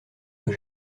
que